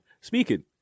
Speaking